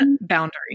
boundary